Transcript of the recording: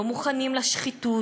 לא מוכנים לשחיתות,